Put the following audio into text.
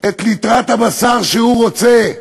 את ליטרת הבשר שהוא רוצה.